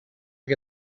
que